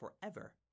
forever